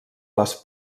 les